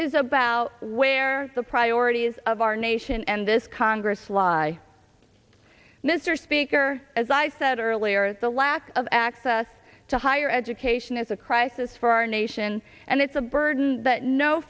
is about where the priorities of our nation and this congress lie mr speaker as i said earlier the lack of access to higher education it is a crisis for our nation and it's a burden that no